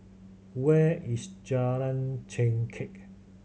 where is Jalan Chengkek